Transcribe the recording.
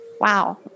wow